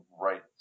right